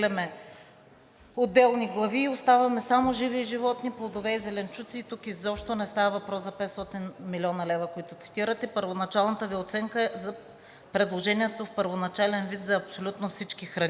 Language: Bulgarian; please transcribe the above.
отделни глави и оставяме само „Живи животни, плодове и зеленчуци“ и тук изобщо не става въпрос за 500 млн. лв., които цитирате. Първоначалната Ви оценка е за предложението в първоначален вид за абсолютно всички храни,